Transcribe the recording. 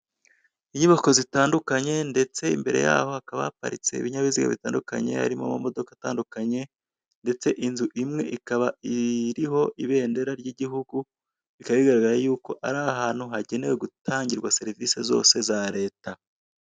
Inyubako zitandukanye ndetse imbere yaho hakaba haparitse ibinyabiziga bitandukanye harimo amamodoka atandukanye ndetse inzu imwe ikaba iriho ibendera ry'igihugu bikaba bigaragara yuko ari ahantu hagenewe gutangirwa serivise zose za leta.